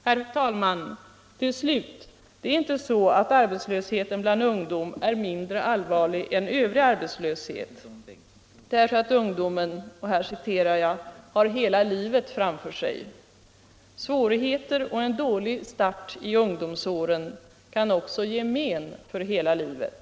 Till slut, herr talman, är det inte så att arbetslösheten bland ungdom är mindre allvarlig än övrig arbetslöshet därför att ungdomen ”har hela livet framför sig”. Svårigheter och en dålig start i ungdomsåren kan ge men för hela livet.